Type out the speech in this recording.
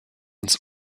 ins